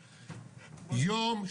יום,